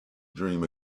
dream